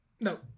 No